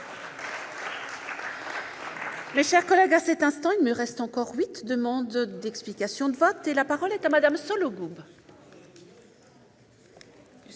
Merci